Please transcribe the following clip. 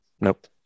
nope